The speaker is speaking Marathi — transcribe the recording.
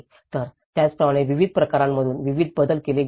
तर त्याप्रमाणे विविध प्रकारांमधून विविध बदल केले गेले आहेत